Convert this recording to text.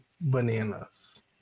Bananas